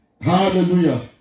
Hallelujah